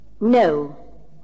No